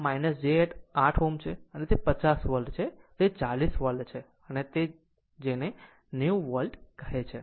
આમ j 8 Ω છે અને તે 50 વોલ્ટ છે તે 40 વોલ્ટ છે અને તે જેને 90 વોલ્ટ કહે છે